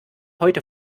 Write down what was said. heute